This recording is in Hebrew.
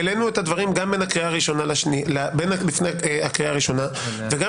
העלינו את הדברים גם לפני הקריאה הראשונה וגם